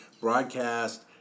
broadcast